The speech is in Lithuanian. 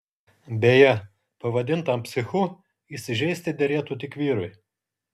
beje pavadintam psichu įsižeisti derėtų tik vyrui